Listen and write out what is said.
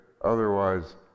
otherwise